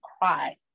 cry